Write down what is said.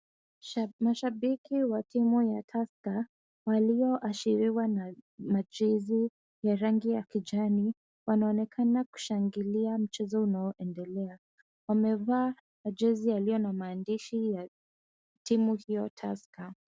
Mashabiki wa timu ya Tusker walioashiriwa na majezi ya rangi ya kijani wanaonekana kushangilia mchezo unaoendelea ,wamevaa majezi yaliyo na maandishi ya timu hiyo Tusker.